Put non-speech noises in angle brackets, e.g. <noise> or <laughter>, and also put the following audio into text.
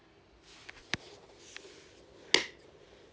<noise>